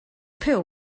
pill